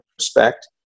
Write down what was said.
respect